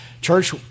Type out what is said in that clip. Church